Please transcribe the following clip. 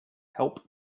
help